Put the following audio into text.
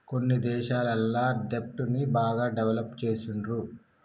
కొన్ని దేశాలల్ల దెబ్ట్ ని బాగా డెవలప్ చేస్తుండ్రు